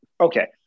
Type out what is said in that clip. okay